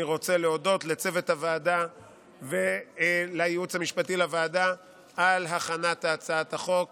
אני רוצה להודות לצוות הוועדה ולייעוץ המשפטי לוועדה על הכנת הצעת החוק